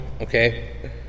okay